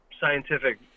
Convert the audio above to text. scientific